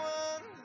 one